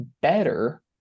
better